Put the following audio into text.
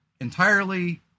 entirely